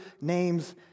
names